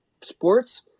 sports